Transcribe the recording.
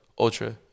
Ultra